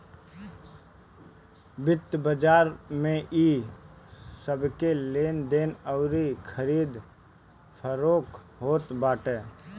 वित्तीय बाजार में इ सबके लेनदेन अउरी खरीद फोक्त होत बाटे